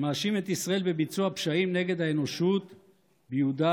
שמאשים את ישראל בביצוע פשעים נגד האנושות ביהודה,